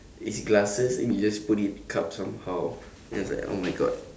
it's glasses then you just put it cups somehow then it's like oh my god